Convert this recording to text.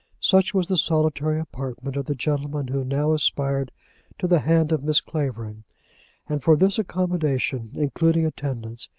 such was the solitary apartment of the gentleman who now aspired to the hand of miss clavering and for this accommodation, including attendance,